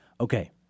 Okay